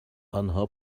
آنها